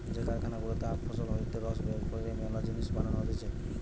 যে কারখানা গুলাতে আখ ফসল হইতে রস বের কইরে মেলা জিনিস বানানো হতিছে